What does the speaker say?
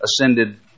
ascended